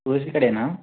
tourist గైడేనా